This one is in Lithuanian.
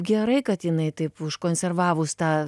gerai kad jinai taip užkonservavus tą